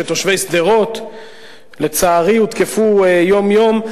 שתושבי שדרות לצערי הותקפו יום-יום.